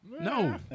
No